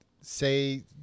say